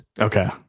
Okay